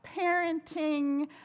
parenting